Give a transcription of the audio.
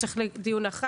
והוא מצריך דיון בנפרד.